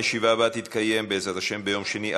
הישיבה הבאה תתקיים בעזרת השם ביום שני,